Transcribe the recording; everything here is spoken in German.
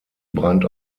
brandt